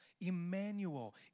Emmanuel